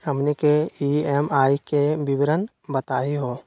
हमनी के ई.एम.आई के विवरण बताही हो?